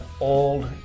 old